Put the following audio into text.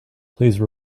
please